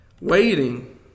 waiting